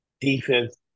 defense